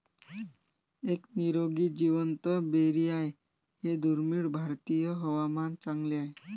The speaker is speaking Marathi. एक निरोगी जिवंत बेरी आहे हे दुर्मिळ भारतीय हवामान चांगले आहे